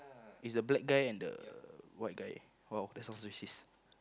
is a black guy and the white guy !wow! that sounds racist